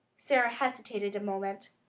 sara hesitated a moment.